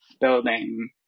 building